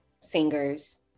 singers